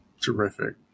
Terrific